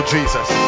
Jesus